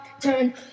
turn